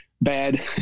bad